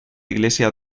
iglesia